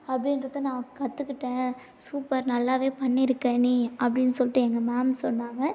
அப்படின்றத நான் கற்றுக்கிட்டேன் சூப்பர் நல்லாவே பண்ணியிருக்க நீ அப்படின்னு சொல்லிட்டு எங்கள் மேம் சொன்னாங்க